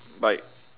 bye